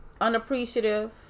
unappreciative